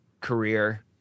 career